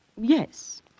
Yes